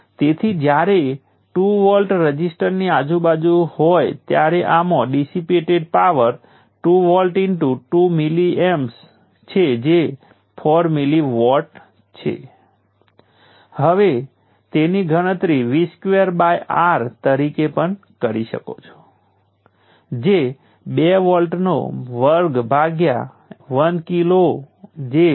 તેથી તેનો અર્થ એ છે કે આ વોલ્ટેજ સોર્સ અને રઝિસ્ટર પાવરને શોષી રહ્યા છે પરંતુ વોલ્ટેજ સોર્સ કાં તો અવલોકન કરી શકે છે અથવા પાવર ડીલીવર કરી શકે છે આ ચોક્કસ કિસ્સામાં 3 વોલ્ટનો સોર્સ પાવર શોષી રહ્યો છે જ્યાં 8 વોલ્ટનો સોર્સ પાવર ડીલીવર કરી શકે છે